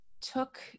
took